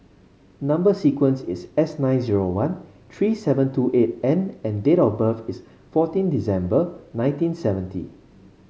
number sequence is S nine zero one three seven two eight N and date of birth is fourteen December nineteen seventy